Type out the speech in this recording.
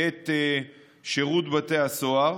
את שירות בתי הסוהר,